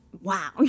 Wow